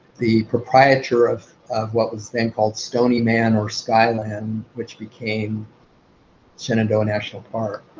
the proprietor of of what was then called stony man or sky land, which became shenandoah national park.